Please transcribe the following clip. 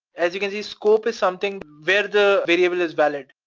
as you can see, scope is something where the variable is valid,